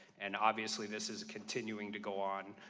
and obviously this is continuing to go on.